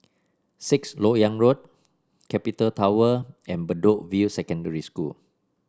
Sixth LoK Yang Road Capital Tower and Bedok View Secondary School